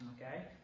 Okay